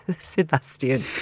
Sebastian